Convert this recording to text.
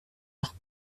noch